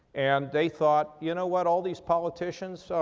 and they thought, you know what all these politicians, so